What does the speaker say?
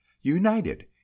united